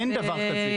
אין דבר כזה.